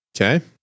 Okay